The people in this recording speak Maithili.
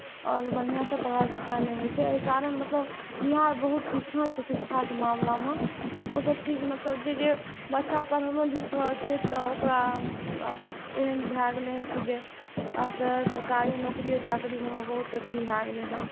आओर बढ़िआँसे पढ़ाइ लिखाइ नहि होइत छै ओहिकारण मतलब बिहार बहुत पीछा छै शिक्षाके मामलामे ओ सभचीज मतलब जे जे बच्चा पढ़लो लिखलो छै तऽ ओकरा आब एहन भए गेलै हेँ कि जे आब तऽ सरकारी नौकरिओ चाकरीसभमे बहुत एथी भए गेलै हेँ